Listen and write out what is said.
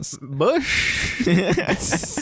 Bush